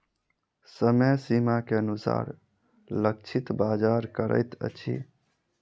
समय सीमा के अनुसार लक्षित बाजार करैत अछि